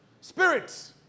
Spirits